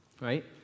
right